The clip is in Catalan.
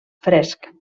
fresc